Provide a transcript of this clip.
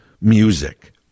music